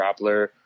grappler